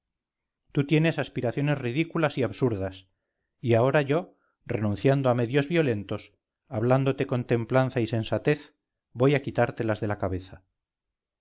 tú tienes aspiraciones ridículas y absurdas y ahora yo renunciando a medios violentos hablándote con templanza y sensatez voy a quitártelas de la cabeza